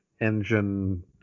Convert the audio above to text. engine